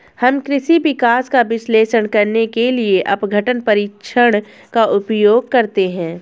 हम कृषि विकास का विश्लेषण करने के लिए अपघटन परीक्षण का उपयोग करते हैं